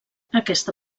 aquesta